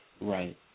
Right